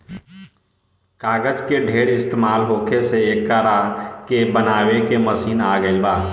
कागज के ढेर इस्तमाल होखे से एकरा के बनावे के मशीन आ गइल बा